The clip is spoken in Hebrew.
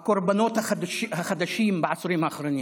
הקורבנות החדשים בעשורים האחרונים?